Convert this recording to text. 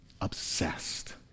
obsessed